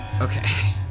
Okay